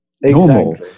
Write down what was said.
normal